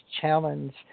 challenge